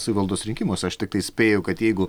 savivaldos rinkimuose aš tiktai spėju kad jeigu